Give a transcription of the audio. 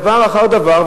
דבר אחר דבר,